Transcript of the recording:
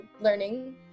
learning